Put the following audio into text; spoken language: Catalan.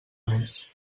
més